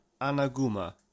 Anaguma